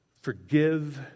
forgive